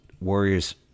Warriors